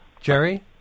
Jerry